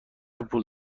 پول